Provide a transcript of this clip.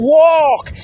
walk